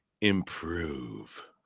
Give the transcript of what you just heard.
improve